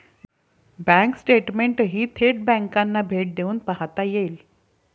bank स्टेटमेंटही थेट बँकांना भेट देऊन पाहता येईल